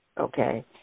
okay